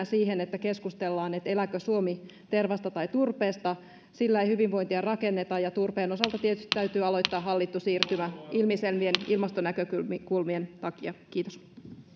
siihen että keskustellaan elääkö suomi tervasta tai turpeesta sillä ei hyvinvointia rakenneta ja turpeen osalta tietysti täytyy aloittaa hallittu siirtymä ilmiselvien ilmastonäkökulmien takia kiitos